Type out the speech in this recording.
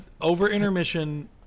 over-intermission